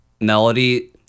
melody